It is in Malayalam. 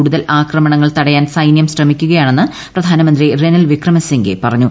കൂടുതൽ ആക്രമണങ്ങൾ തടയാൻ സൈന്യം ശ്രമിക്കുകയാണെന്ന് പ്രധാനമന്ത്രി റെനിൽ വിക്രമസിംഗെ പറഞ്ഞു